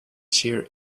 cheer